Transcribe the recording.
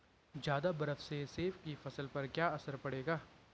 ज़्यादा बर्फ से सेब की फसल पर क्या असर पड़ेगा?